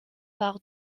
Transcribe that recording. par